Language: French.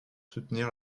soutenir